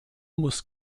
muss